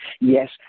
yes